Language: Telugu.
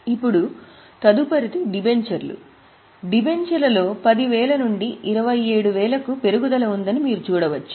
ఇప్పుడు తదుపరిది డిబెంచర్లు డిబెంచర్ల లో 10000 నుండి 27000 కు పెరుగుదల ఉందని మీరు చూడవచ్చు